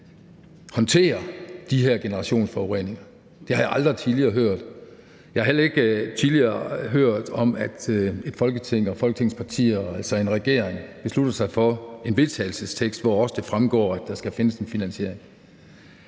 håndtere de her generationsforureninger. Det har jeg aldrig tidligere set. Jeg har heller ikke tidligere hørt om, at et Folketing, Folketingets partier, beslutter sig for et forslag til vedtagelse, hvoraf det også fremgår, at der skal findes en finansiering.